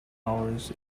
ours